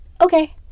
okay